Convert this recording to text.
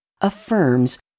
affirms